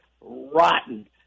rotten